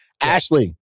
Ashley